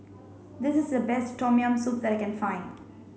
this is the best tom yam soup that I can find